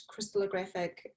crystallographic